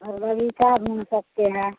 और बग़ीचा घूम सकते हैं